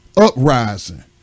uprising